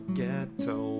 ghetto